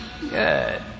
Good